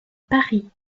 paris